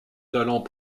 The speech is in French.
talents